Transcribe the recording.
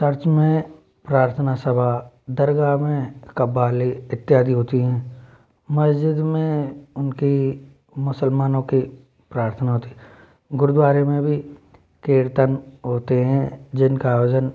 church में प्रार्थना सभा दरगाह में कब्बाली इत्यादि होती हैं मस्जिद में उनकी मुसलमानों के प्राथना होती गुरुद्वारे में भी कीर्तन होते हैं जिनका आयोजन